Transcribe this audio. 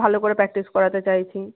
ভালো করে প্র্যাক্টিস করাতে চাইছি